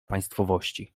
państwowości